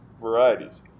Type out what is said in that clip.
varieties